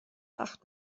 acht